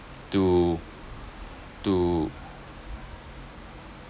to to